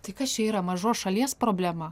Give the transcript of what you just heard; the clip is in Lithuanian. tai kas čia yra mažos šalies problema